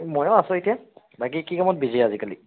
ময়ো আছোঁ এতিয়া বাকী কি কামত বিজি আজিকালি